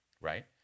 right